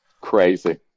Crazy